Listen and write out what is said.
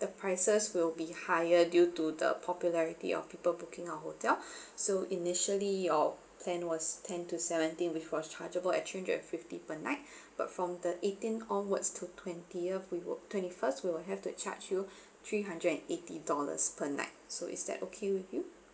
the prices will be higher due to the popularity of people booking our hotel so initially your plan was ten to seventeen which was chargeable at three hundred fifty per night but from the eighteen onwards to twentieth we wil~ twenty first we will have to charge you three hundred and eighty dollars per night so is that okay with you